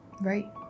Right